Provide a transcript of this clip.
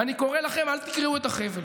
ואני קורא לכם: אל תקרעו את החבל